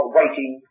waiting